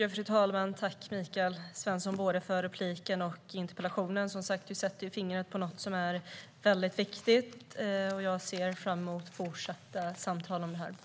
Fru talman! Tack, Mikael Svensson, för både inlägget och interpellationen! Som sagt sätter du fingret på något som är väldigt viktigt, och jag ser fram emot fortsatta samtal om detta.